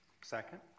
Second